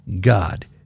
God